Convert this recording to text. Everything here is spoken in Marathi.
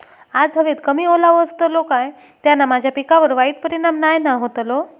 आज हवेत कमी ओलावो असतलो काय त्याना माझ्या पिकावर वाईट परिणाम नाय ना व्हतलो?